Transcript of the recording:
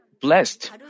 blessed